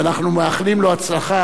ואנחנו מאחלים לו הצלחה.